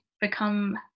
become